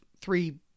three